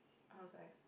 I also have